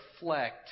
reflect